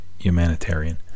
humanitarian